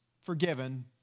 forgiven